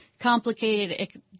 complicated